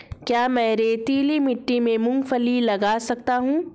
क्या मैं रेतीली मिट्टी में मूँगफली लगा सकता हूँ?